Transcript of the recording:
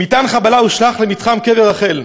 "מטען חבלה הושלך למתחם קבר רחל.